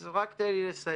אז רק תן לי לסיים.